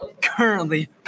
currently